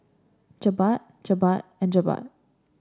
Jebat Jebat and Jebat